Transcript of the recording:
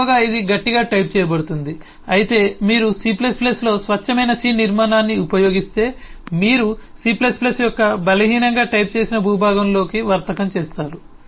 ఎక్కువగా ఇది గట్టిగా టైప్ చేయబడింది అయితే మీరు C లో స్వచ్ఛమైన సి నిర్మాణాన్ని ఉపయోగిస్తే మీరు C యొక్క బలహీనంగా టైప్ చేసిన భూభాగంలోకి వర్తకం చేస్తారు